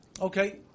Okay